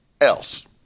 else